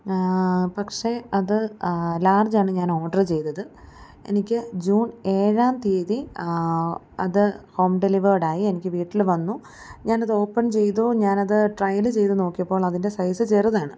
പക്ഷേ അത് ലാർജാണ് ഞാൻ ഓഡര് ചെയ്തത് എനിക്ക് ജൂൺ ഏഴാം തീയതി അത് ഹോം ഡെലിവേഡായി എനിക്ക് വീട്ടില് വന്നു ഞാനത് ഓപ്പൺ ചെയ്തു ഞാനത് ട്രയല് ചെയ്ത് നോക്കിയപ്പോഴതിൻ്റെ സൈസ് ചെറുതാണ്